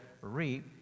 reap